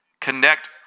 connect